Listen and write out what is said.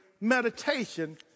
meditation